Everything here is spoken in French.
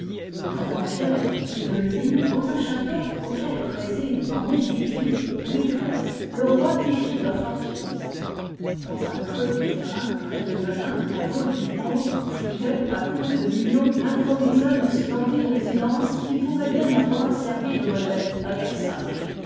a dampierre les de luynes ont un château auquel préside en effigie louis xiii le roi qui fit leur fortune dans un creux du terrain près de melun à vaux le vicomte fouquet à coups de millions improvisa une splendide résidence qui pourrait bien avoir servi de modèle à versailles